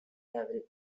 every